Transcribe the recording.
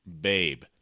Babe